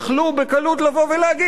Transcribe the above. צריך להקטין את ההוצאות,